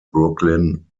brooklyn